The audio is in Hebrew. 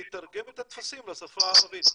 לתרגם את הטפסים לשפה הערבית.